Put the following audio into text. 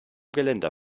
geländer